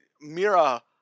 Mira